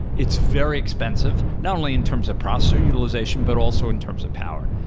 it's very expensive, not only in terms of processor utilization, but also in terms of power.